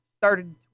started